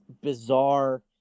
bizarre